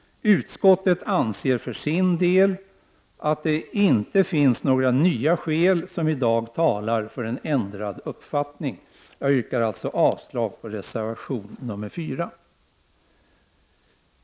Utskottet anser för sin del att det inte finns några nya skäl som i dag talar för en ändrad uppfattning. Jag yrkar alltså avslag på reservation 4.